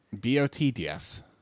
B-O-T-D-F